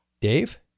Dave